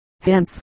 hence